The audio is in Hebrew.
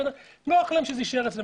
נוח להם שזה יישאר אצלם,